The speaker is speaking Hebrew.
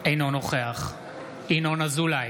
אינו נוכח ינון אזולאי,